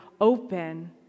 open